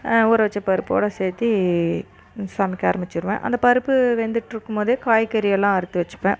ஊற வச்ச பருப்போட சேர்த்து சமைக்க ஆரம்மிச்சிருவேன் அந்த பருப்பு வெந்துட்டு இருக்கும்போதே காய்கறி எல்லாம் அறுத்து வச்சிப்பேன்